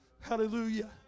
Hallelujah